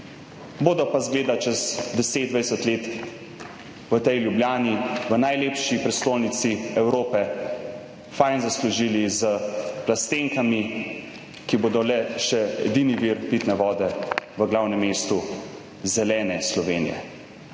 bodo pa, izgleda čez 10, 20 let v tej Ljubljani, v najlepši prestolnici Evrope, fajn zaslužili s plastenkami, ki bodo le še edini vir pitne vode v glavnem mestu zelene Slovenije.